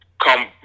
come